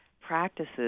practices